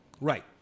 Right